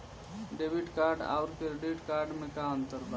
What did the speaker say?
Debit card आउर credit card मे का अंतर बा?